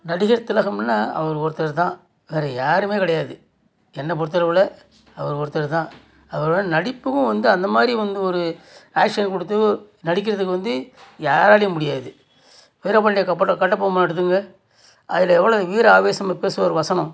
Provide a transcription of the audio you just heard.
நடிகர் திலகமுனால் அவரு ஒருத்தர் தான் வேறு யாரும் கிடையாது என்ன பொறுத்த அளவில் அவரு ஒருத்தர் தான் அவரோடய நடிப்பும் வந்து அந்த மாதிரி வந்து ஒரு ஆக்ஷன் கொடுத்து நடிக்கிறதுக்கு வந்து யாராலையும் முடியாது வீரபாண்டிய கப்பட்ட கட்டபொம்மன் எடுத்துக்கோங்க அதில் எவ்வளோ வீர ஆவேசமாக பேசுவார் வசனம்